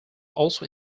also